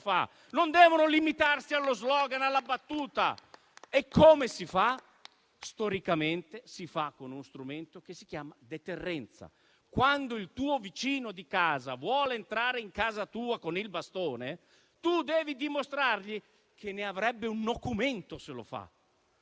fa, non limitarsi allo *slogan* o alla battuta e questo, storicamente, si fa con uno strumento che si chiama deterrenza: quando il tuo vicino di casa vuole entrare in casa tua con il bastone, tu devi dimostrargli che ne avrebbe nocumento. Se invece